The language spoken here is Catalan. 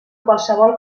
qualsevol